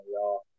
y'all